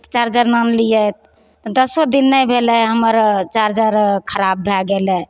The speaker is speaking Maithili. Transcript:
तऽ चार्जर लान लियै दसो दिन नहि भेलय हमर चार्जर खराब भए गेलय